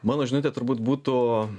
mano žinutė turbūt būtų